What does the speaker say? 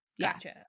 Gotcha